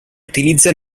utilizza